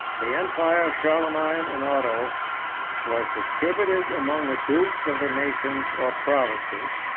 the empire of charlemagne and otho was distributed among the dukes of the nations or provinces,